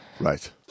Right